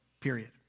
Period